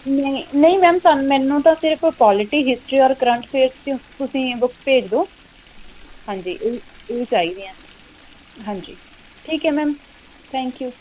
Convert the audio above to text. ਨਹੀਂ ਨਹੀਂ ਮੈਮ ਮੈਨੂੰ ਤਾਂ ਸਿਰਫ਼ ਪੋਲੀਟੀ ਹਿਸਟਰੀ ਔਰ ਕਰੰਟ ਅਫੇਅਰਸ ਤੁਸੀਂ ਬੁੱਕਸ ਭੇਜਦੋ ਹਾਂਜੀ ਉ ਉਹੀ ਚਾਹੀਦੀਆਂ ਹਾਂਜੀ ਠੀਕ ਹੈ ਮੈਮ ਥੈਂਕਯੂ